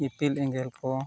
ᱤᱯᱤᱞ ᱮᱸᱜᱮᱞ ᱠᱚ